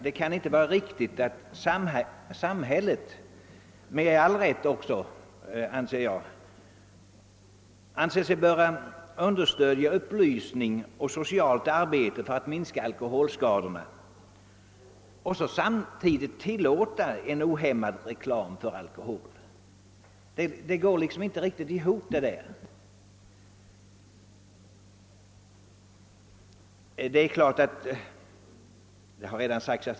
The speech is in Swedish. Det kan inte vara rätt att samhället skall medverka genom upplysning och socialt arbete för att minska alkoholskadorna och samtidigt tillåta en ohämmad reklam för alkohol. Det går inte ihop.